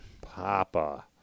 Papa